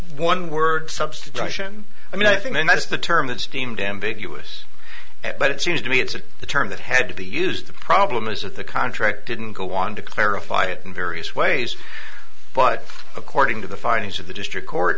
one word substitution i mean i think that's the term that seemed ambiguous at but it seems to me it's a term that had to be used the problem is that the contract didn't go on to clarify it in various ways but according to the findings of the district court